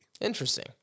Interesting